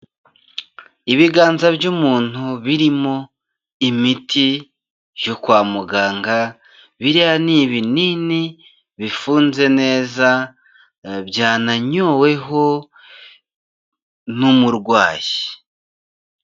Ibiganza by'umuntu birimo imiti yo kwa muganga biriya ni ibinini bifunze neza byananyoweho n'umurwayi.